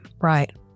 right